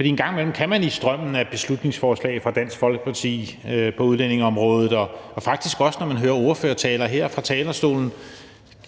en gang imellem kan man i strømmen af beslutningsforslag fra Dansk Folkeparti på udlændingeområdet og faktisk også, når man hører ordførertaler her fra talerstolen,